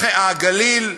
הגליל,